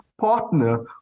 partner